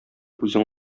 үзең